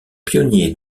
pionnier